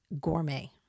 gourmet